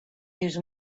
use